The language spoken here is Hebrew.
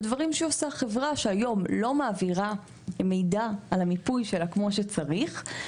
דברים שעושה חברה שהיום לא מעבירה מידע על המיפוי שלה כמו שצריך,